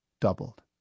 doubled